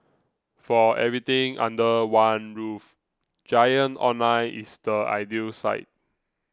for everything under one roof Giant Online is the ideal site